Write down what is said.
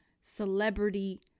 celebrity